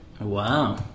Wow